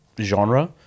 genre